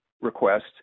request